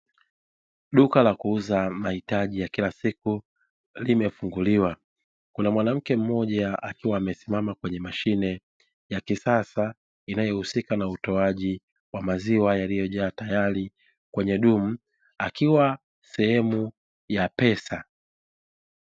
Duka la kuuza mahitaji ya kila siku limefunguliwa kuna mwanamke mmoja amesimama kwenye mashine ya kisasa, inayohusika na utoaji wa maziwa yaliyojaa tayari kwenye dumu akiwa sehemu ya pesa.